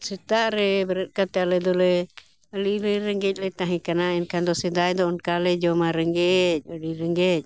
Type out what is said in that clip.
ᱥᱮᱛᱟᱜ ᱨᱮ ᱵᱮᱨᱮᱫ ᱠᱟᱛᱮ ᱟᱞᱮ ᱫᱚᱞᱮ ᱟᱞᱮ ᱨᱮᱸᱜᱮᱡ ᱞᱮ ᱛᱟᱦᱮᱸ ᱠᱟᱱᱟ ᱮᱱᱠᱷᱟᱱ ᱫᱚ ᱥᱮᱫᱟᱭ ᱫᱚ ᱚᱱᱠᱟ ᱞᱮ ᱡᱚᱢᱟ ᱨᱮᱸᱜᱮᱡ ᱟᱹᱰᱤ ᱨᱮᱸᱜᱮᱡ